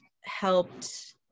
helped